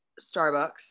starbucks